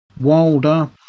Wilder